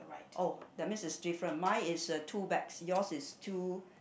oh that means it's different mine is two bags yours is two